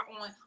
on